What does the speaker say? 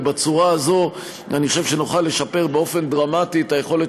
בצורה הזו אני חושב שנוכל לשפר באופן דרמטי את היכולת